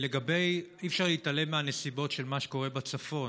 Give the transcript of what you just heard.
אי-אפשר להתעלם מהנסיבות של מה שקורה בצפון,